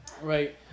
right